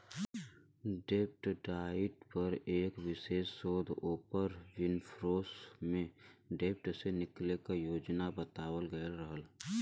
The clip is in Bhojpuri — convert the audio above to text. डेब्ट डाइट पर एक विशेष शोध ओपर विनफ्रेशो में डेब्ट से निकले क योजना बतावल गयल रहल